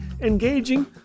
Engaging